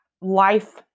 life